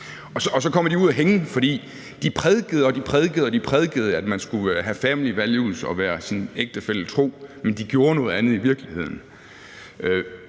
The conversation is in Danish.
og så kommer de ud at hænge, fordi de prædikede og prædikede, at man skulle have family values og være sin ægtefælle tro, men de gjorde noget andet i virkeligheden.